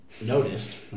noticed